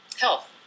health